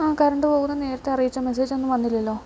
ആ കറണ്ട് പോകുമെന്ന് നേരത്തെ അറിയിച്ച മെസേജ് ഒന്നും വന്നില്ലല്ലോ